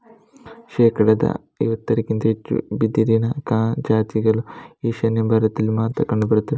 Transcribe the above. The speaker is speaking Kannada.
ಶೇಕಡಾ ಐವತ್ತಕ್ಕಿಂತ ಹೆಚ್ಚು ಬಿದಿರಿನ ಜಾತಿಗಳು ಈಶಾನ್ಯ ಭಾರತದಲ್ಲಿ ಮಾತ್ರ ಕಂಡು ಬರ್ತವೆ